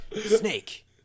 snake